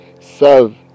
serve